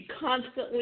constantly